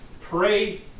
pray